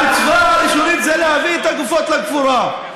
המצווה הראשונית זה להביא את הגופות לקבורה.